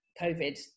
COVID